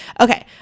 Okay